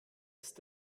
ist